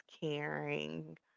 caring